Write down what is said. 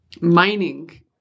mining